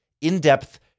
in-depth